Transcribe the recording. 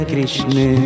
Krishna